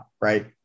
right